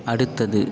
அடுத்தது